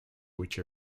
which